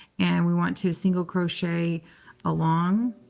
and we want to single crochet along.